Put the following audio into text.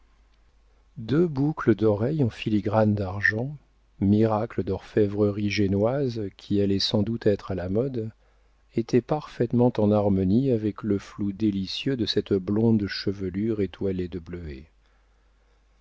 deux boucles d'oreilles en filigrane d'argent miracle d'orfévrerie génoise qui allait sans doute être à la mode étaient parfaitement en harmonie avec le flou délicieux de cette blonde chevelure étoilée de bleuets